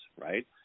right